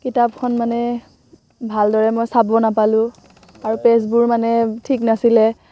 কিতাপখন মানে ভালদৰে মই চাব নাপালোঁ আৰু পেজবোৰ মানে ঠিক নাছিলে